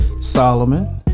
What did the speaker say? Solomon